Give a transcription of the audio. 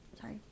sorry